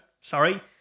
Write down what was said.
sorry